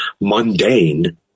mundane